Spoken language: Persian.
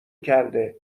کرده